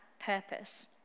purpose